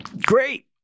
Great